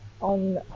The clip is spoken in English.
on